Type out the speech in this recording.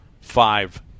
five